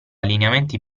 lineamenti